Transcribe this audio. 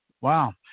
wow